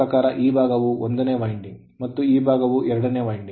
ನನ್ನ ಪ್ರಕಾರ ಈ ಭಾಗವು 1 ನೇ winding ಅಂಕುಡೊಂಕಾಗಿದ್ದರೆ ಮತ್ತು ಈ ಭಾಗವು ಎರಡನೆ winding